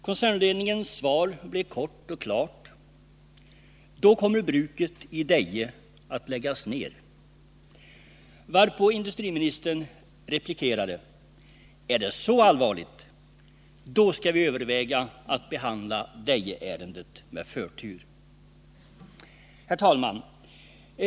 Koncernledningens svar blev kort och klart: Då kommer bruket i Deje att läggas ned. På detta replikerade industriministern: Är det så allvarligt, skall vi överväga att behandla Dejeärendet med förtur. Herr talman!